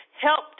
helped